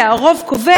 הרוב קובע,